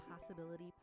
Possibility